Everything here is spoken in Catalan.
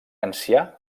ancià